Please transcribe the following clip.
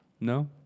No